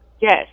Yes